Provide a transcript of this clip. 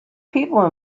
people